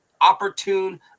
opportune